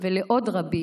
ולעוד רבים